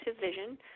vision